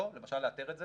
לא, למשל לאתר את זה,